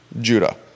Judah